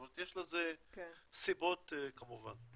זאת אומרת יש לזה סיבות כמובן.